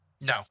No